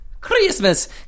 Christmas